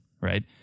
right